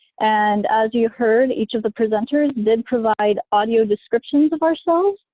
and as you heard, each of the presenters did provide audio descriptions of ourselves,